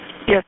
Yes